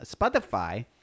Spotify